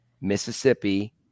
Mississippi